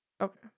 Okay